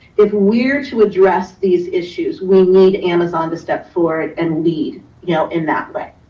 if we're to address these issues, we'll need amazon to step forward and lead you know in that way.